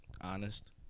Honest